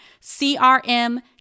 CRM